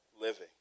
living